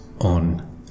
on